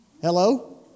Hello